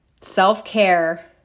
Self-care